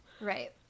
Right